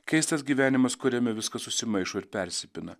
keistas gyvenimas kuriame viskas susimaišo ir persipina